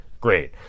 Great